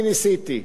אני ניסיתי,